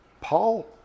Paul